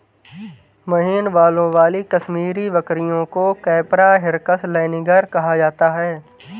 महीन बालों वाली कश्मीरी बकरियों को कैपरा हिरकस लैनिगर कहा जाता है